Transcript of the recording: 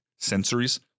sensories